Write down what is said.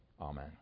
Amen